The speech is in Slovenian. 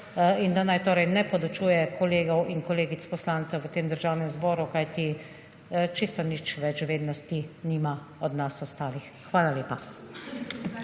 in da naj torej ne podučuje kolegov in kolegic poslancev v tem državnem zboru. Kajti čisto nič več vednosti nima od nas ostalih. Hvala lepa.